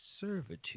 servitude